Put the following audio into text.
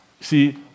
See